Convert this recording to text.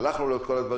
שלחנו לו את כל הדברים,